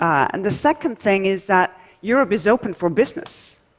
um and the second thing is that europe is open for business,